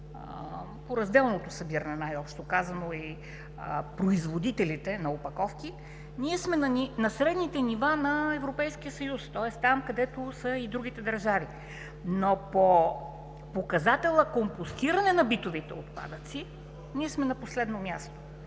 по разделното събиране, най-общо казано, и производителите на опаковки, ние сме на средните нива на Европейския съюз, тоест там, където са и другите държави, но по показателя „Компостиране на битовите отпадъци“ ние сме на последно място